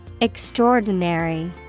Extraordinary